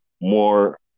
more